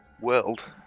world